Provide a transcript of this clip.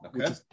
Okay